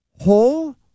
whole